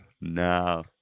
No